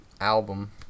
album